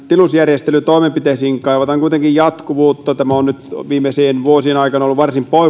tilusjärjestelytoimenpiteisiin kaivataan kuitenkin jatkuvuutta tämä on nyt viimeisien vuosien aikana ollut varsin